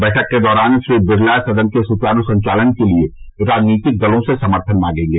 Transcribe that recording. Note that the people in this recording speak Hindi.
बैठक के दौरान श्री बिरला सदन के सुचारू संचालन के लिए राजनीतिक दलों से समर्थन मांगेंगे